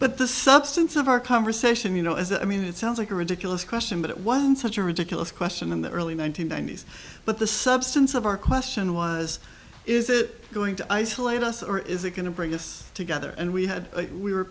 but the substance of our conversation you know is that i mean it sounds like a ridiculous question but it was such a ridiculous question in the early one nine hundred ninety s but the substance of our question was is it going to isolate us or is it going to bring us together and we had we were